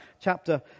chapter